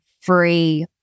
free